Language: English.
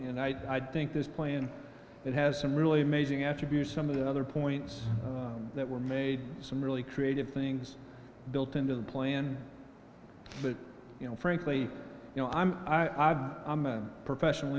and i think this plan that has some really amazing attributes some of the other points that were made some really creative things built into the plan but you know frankly you know i'm i'm a professional